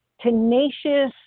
tenacious